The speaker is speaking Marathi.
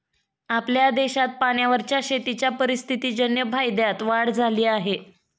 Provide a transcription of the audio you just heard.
आपल्या देशात पाण्यावरच्या शेतीच्या परिस्थितीजन्य फायद्यात वाढ झाली आहे